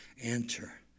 Enter